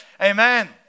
Amen